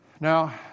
Now